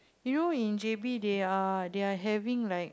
you know in j_b they are they're having like